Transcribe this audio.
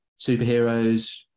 Superheroes